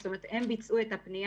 12